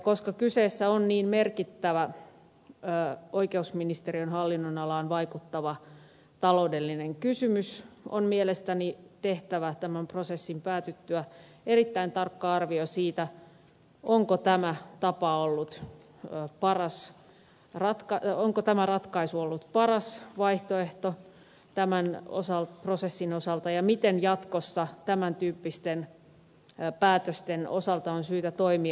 koska kyseessä on niin merkittävä oikeusministeriön hallinnonalaan vaikuttava taloudellinen kysymys on mielestäni tehtävä tämän prosessin päätyttyä erittäin tarkka arvio siitä onko tämä tapa ollut paras ratkaisee onko tämä ratkaisu ollut paras vaihtoehto tämän prosessin osalta ja miten jatkossa tämän tyyppisten päätösten osalta on syytä toimia